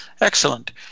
Excellent